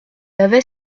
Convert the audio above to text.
avait